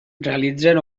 realitzen